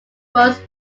was